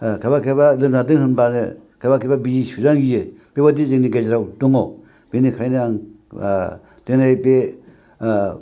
खायफा खायफा लोमजादों होनबानो बिजि सुजानो गियो बेबादिनो जोंनि गेजेराव दङ बेनिखायनो आं दिनै बे ओ